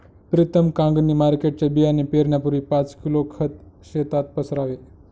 प्रीतम कांगणी मार्केटचे बियाणे पेरण्यापूर्वी पाच किलो खत शेतात पसरावे